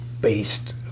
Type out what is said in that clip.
based